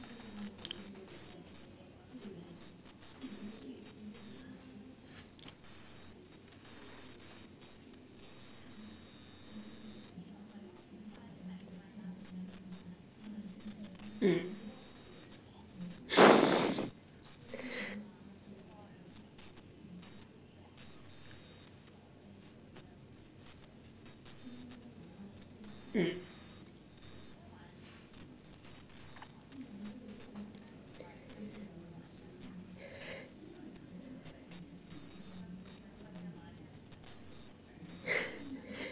mm mm